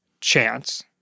chance